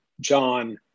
John